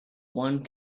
one